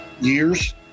years